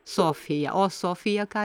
sofija o sofija ką